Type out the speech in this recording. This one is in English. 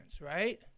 right